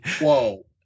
Whoa